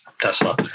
Tesla